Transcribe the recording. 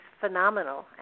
phenomenal